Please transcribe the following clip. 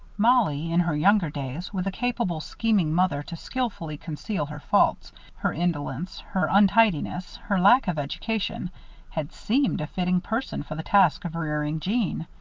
mollie, in her younger days, with a capable, scheming mother to skillfully conceal her faults her indolence, her untidiness, her lack of education had seemed a fitting person for the task of rearing jeanne.